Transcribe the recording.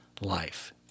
life